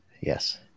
Yes